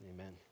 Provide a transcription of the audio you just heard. amen